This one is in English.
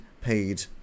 paid